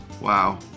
Wow